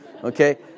Okay